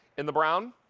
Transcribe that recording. in the brown,